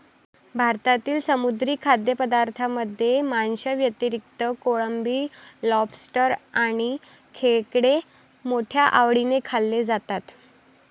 भारतातील समुद्री खाद्यपदार्थांमध्ये माशांव्यतिरिक्त कोळंबी, लॉबस्टर आणि खेकडे मोठ्या आवडीने खाल्ले जातात